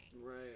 Right